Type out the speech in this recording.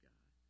God